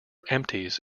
empties